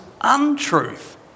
untruth